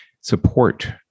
support